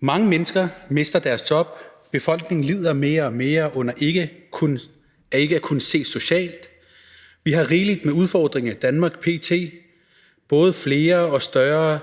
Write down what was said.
Mange mennesker mister deres job. Befolkningen lider mere og mere under ikke at kunne ses socialt. Vi har rigeligt med udfordringer i Danmark p.t. – både flere og større,